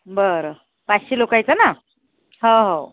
बर पाचशे लोकाईचा न हो हो